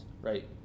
right